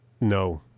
no